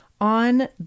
on